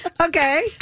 Okay